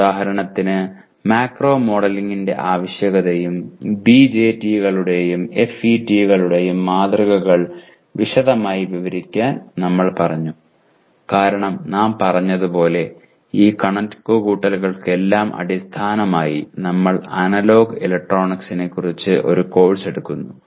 ഉദാഹരണത്തിന് മാക്രോ മോഡലിംഗിന്റെ ആവശ്യകതയും BJT കളുടെയും FET കളുടെയും മാതൃകകൾ വിശദമായി വിവരിക്കാൻ നമ്മൾ പറഞ്ഞു കാരണം നാം പറഞ്ഞതുപോലെ ഈ കണക്കുകൂട്ടലുകൾക്കെല്ലാം അടിസ്ഥാനമായി നമ്മൾ അനലോഗ് ഇലക്ട്രോണിക്സിനെക്കുറിച്ച് ഒരു കോഴ്സ് എടുക്കുന്നു